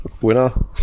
winner